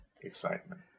excitement